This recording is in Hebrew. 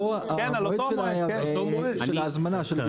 על מועד ביצוע העסקה.